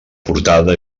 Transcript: portada